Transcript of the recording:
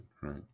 right